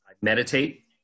meditate